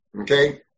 Okay